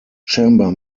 chamber